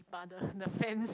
mother the fence